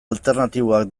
alternatiboak